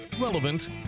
relevant